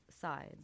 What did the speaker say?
sides